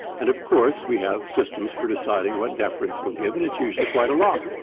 and, of course, we have systems for deciding what deference we'll give and it's usually quite a lot.